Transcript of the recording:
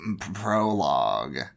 Prologue